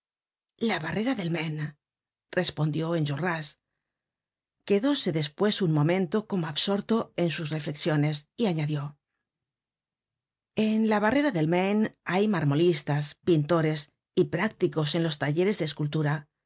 la barrera del maine respondió enjolras quedóse despues un momento como absorto en sus reflexiones y añadió en la barrera del maine hay marmolistas pintores y prácticos en los talleres de escultura